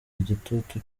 igitutu